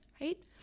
right